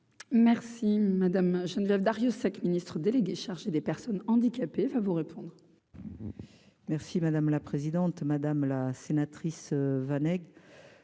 Merci Madame Geneviève Darrieussecq, ministre déléguée chargée des Personnes handicapées va vous répondre.